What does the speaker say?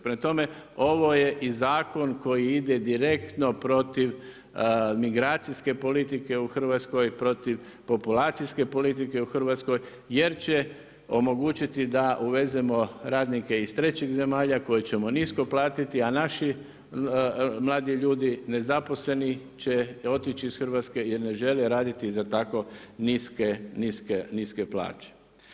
Prema tome, ovo je i zakon koji ide direktno protiv migracijske politike u Hrvatskoj, protiv populacijske politike u Hrvatskoj, jer će omogućiti da uvezemo radnike iz trećih zemalja koje ćemo nisko platiti, a naši mladi ljudi, nezaposleni će otići iz Hrvatske jer ne žele raditi za tako niske plaće.